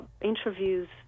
interviews